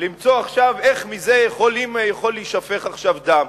למצוא עכשיו איך יכול להישפך דם.